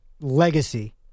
legacy